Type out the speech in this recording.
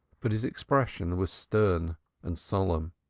but his expression was stern and solemn.